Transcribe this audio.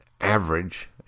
average